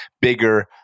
bigger